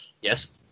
yes